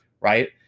right